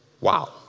Wow